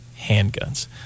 handguns